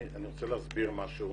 אני רוצה להסביר משהו.